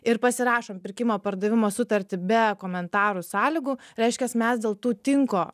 ir pasirašom pirkimo pardavimo sutartį be komentarų sąlygų reiškias mes dėl tų tinko